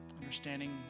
understanding